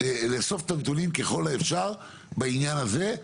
לאסוף את הנתונים ככל האפשר בעניין הזה,